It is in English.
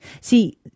See